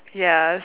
ya